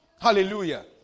Hallelujah